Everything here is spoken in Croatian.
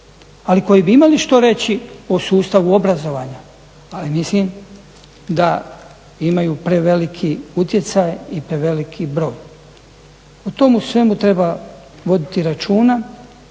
ali koji bi imali što reći o sustavu obrazovanja ali mislim da imaju preveliki utjecaj i preveliki broj. O tomu svemu treba voditi računa.